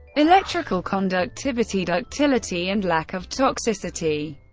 electrical conductivity, ductility and lack of toxicity.